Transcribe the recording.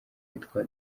witwa